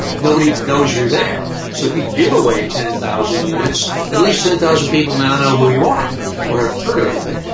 nobody knows you're there. so if you give away ten thousand units at least ten thousand people now know who you are or have heard of the thing.